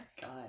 God